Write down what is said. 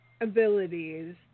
abilities